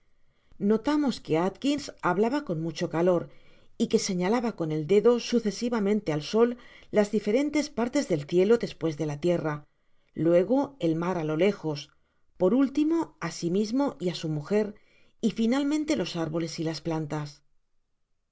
notamos que atkiss hablaba coa mucho calor y que señalaba con el dedo sucesivamente al sol las diferentes partos del cielo despues la tierra luego el mar á lo lejos por último á si mismo y mujer y finalmente los árboles y plantas ved